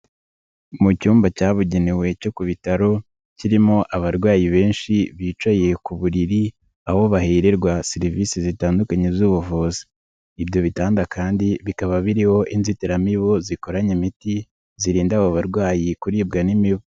Mu cyumba cyabugenewe cyo ku bitaro, kirimo abarwayi benshi bicaye ku buriri, aho bahererwa serivisi zitandukanye z'ubuvuzi. Ibyo bitanda kandi bikaba biriho inzitiramibu zikoranye imiti, zirinda abo barwayi kuribwa n'imibu.